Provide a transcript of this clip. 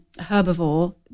herbivore